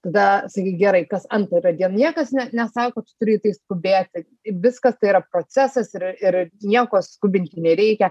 tada sakyk gerai kas antrą niekas ne nesako kad tu turi į tai skubėti viskas tai yra procesas ir ir nieko skubinti nereikia